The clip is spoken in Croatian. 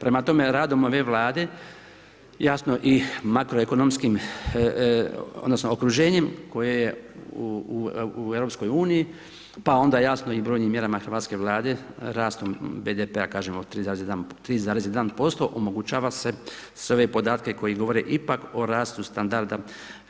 Prema tome, radom ove vlade, jasno i makroekonomskim odnosno, okruženjem koje u EU pa onda jasno i brojnim mjerama hrvatske vlade, rastom BDP, od kažem 3,1% omogućava se sve ove podatke koji govore ipak o rastu standarda